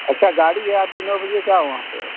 अच्छा गाड़ी है आपकी नौ बजे क्या वहाँ पर